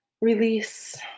release